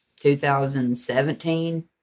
2017